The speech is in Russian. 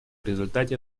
результате